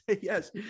Yes